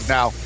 Now